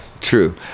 true